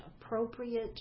appropriate